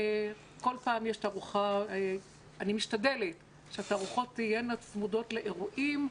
אני משתדלת שהתערוכות תהיינה צמודות לאירועים,